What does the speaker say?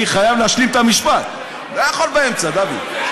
אני חייב להשלים את המשפט, לא יכול באמצע, דוד.